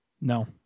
No